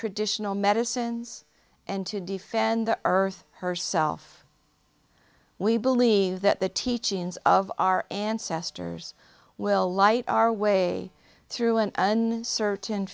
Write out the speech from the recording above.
traditional medicines and to defend the earth herself we believe that the teachings of our ancestors will light our way through an uncertain